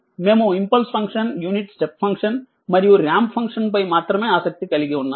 మేము impulse function unit step function మరియు ramp function పై మాత్రమే ఆసక్తి కలిగి ఉన్నాము